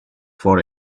for